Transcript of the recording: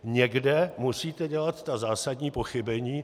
Někde musíte dělat ta zásadní pochybení.